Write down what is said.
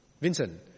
Vincent